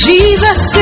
Jesus